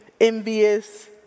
envious